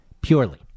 Purely